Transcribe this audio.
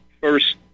first